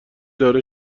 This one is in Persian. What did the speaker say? داره